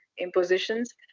impositions